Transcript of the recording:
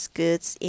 goods